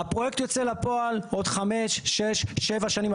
הפרויקט יוצא לפועל עוד חמש, שש, שבע שנים.